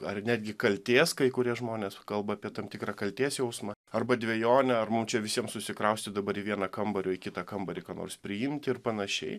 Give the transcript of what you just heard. ar netgi kaltės kai kurie žmonės kalba apie tam tikrą kaltės jausmą arba dvejonę ar mum čia visiem susikraustyt dabar į vieną kambarį o į kitą kambarį ką nors priimt ir panašiai